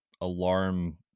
alarm